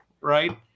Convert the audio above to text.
right